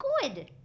good